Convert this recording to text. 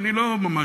ואני לא ממש,